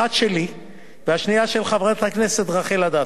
אחת שלי והשנייה של חברת הכנסת רחל אדטו,